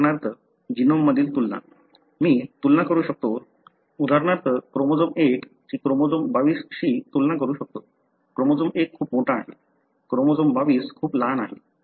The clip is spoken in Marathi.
उदाहरणार्थ जीनोममधील तुलना मी तुलना करू शकतो उदाहरणार्थ क्रोमोझोम 1 ची क्रोमोझोम 22 शी तुलना करू शकतो क्रोमोझोम 1 खूप मोठा आहे क्रोमोझोम 22 खूप लहान आहे